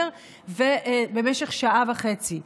ובמשך שעה וחצי.